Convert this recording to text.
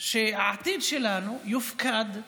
והעתיד שלנו יופקדו